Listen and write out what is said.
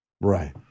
Right